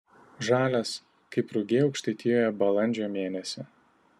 žalias kaip rugiai aukštaitijoje balandžio mėnesį